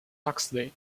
huxley